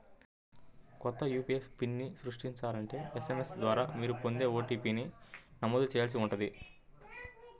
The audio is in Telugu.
కొత్త యూ.పీ.ఐ పిన్ని సృష్టించాలంటే ఎస్.ఎం.ఎస్ ద్వారా మీరు పొందే ఓ.టీ.పీ ని నమోదు చేయాల్సి ఉంటుంది